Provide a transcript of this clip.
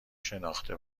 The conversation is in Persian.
شناخته